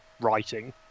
writing